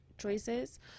choices